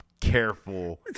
careful –